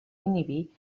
inhibir